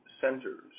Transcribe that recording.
centers